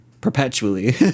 perpetually